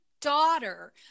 daughter